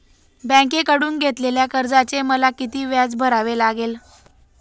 बँकेकडून घेतलेल्या कर्जाचे मला किती व्याज भरावे लागेल?